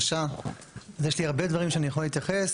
בבקשה, יש לי הרבה דברים שאני יכול להתייחס.